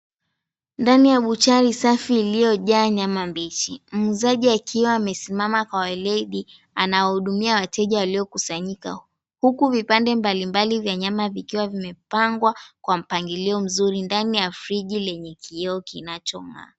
Ndani ya buchari safi iliyojaa nyama mbichi muuzaji akiwa amesimama kwa ulebi anawahudumia wateja waliokusanyika huku vipande mbalimbali vya nyama vikiwa vimepangwa kwa mpangilio mzuri ndani ya friji lenye kioo kinacho ng'aa.